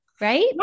Right